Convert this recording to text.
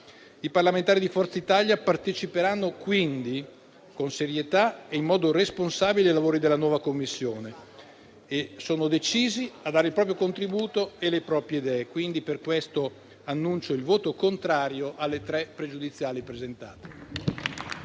I parlamentari di Forza Italia parteciperanno quindi con serietà e in modo responsabile ai lavori della nuova Commissione e sono decisi a dare il proprio contributo e le proprie idee. Per questo annuncio il voto contrario alle tre pregiudiziali presentate.